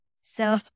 So-